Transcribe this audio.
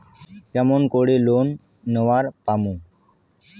কেমন করি লোন নেওয়ার পামু?